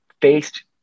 faced